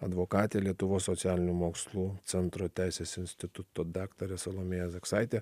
advokatė lietuvos socialinių mokslų centro teisės instituto daktarė salomėja zaksaitė